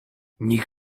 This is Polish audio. nikt